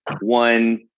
one